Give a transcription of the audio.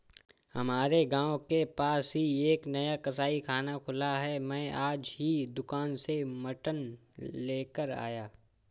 हमारे गांव के पास ही एक नया कसाईखाना खुला है मैं आज ही दुकान से मटन लेकर आया